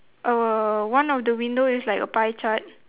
err one of the window is like a pie chart